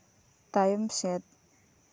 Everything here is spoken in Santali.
ᱛᱟᱭᱚᱢ ᱥᱮᱫ